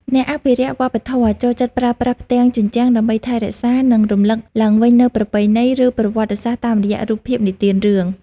អ្នកអភិរក្សវប្បធម៌ ចូលចិត្តប្រើប្រាស់ផ្ទាំងជញ្ជាំងដើម្បីថែរក្សា និងរំលឹកឡើងវិញនូវប្រពៃណី ឬប្រវត្តិសាស្ត្រតាមរយៈរូបភាពនិទានរឿង។